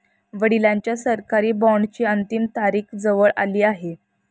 वडिलांच्या सरकारी बॉण्डची अंतिम तारीख जवळ आली आहे